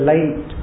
Light